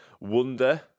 wonder